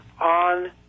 on